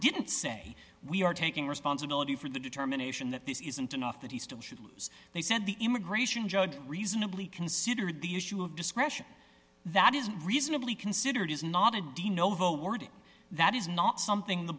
didn't say we are taking responsibility for the determination that this isn't enough that he still should lose they said the immigration judge reasonably considered the issue of discretion that is reasonably considered is not a de novo ward that is not something the